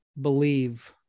believe